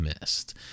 missed